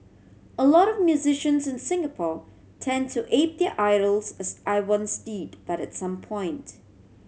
a lot of musicians in Singapore tend to ape their idols as I once did but at some point